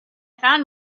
found